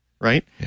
Right